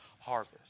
harvest